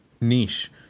niche